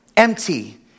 empty